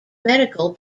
medical